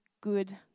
good